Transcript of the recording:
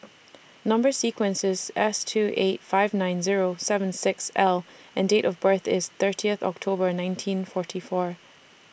Number sequence IS S two eight five nine Zero seven six L and Date of birth IS thirtieth October nineteen forty four